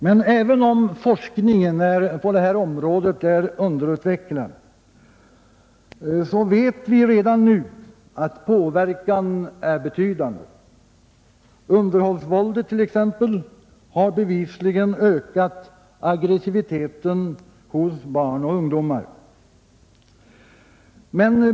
Men även om forskningen på detta område är underutvecklad vet vi redan nu att påverkan är betydande. Underhållsvåldet t.ex. har bevisligen ökat aggresiviteten hos barn och ungdomar.